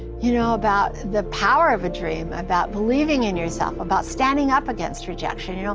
you know about the power of a dream, about believing in yourself, about standing up against rejection. you know